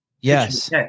Yes